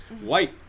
white